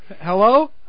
hello